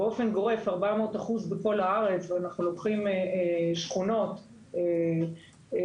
באופן גורף 400% בכל הארץ ואנחנו לוקחים שכונות שבאמצע